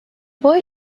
boy